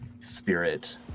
spirit